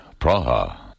Praha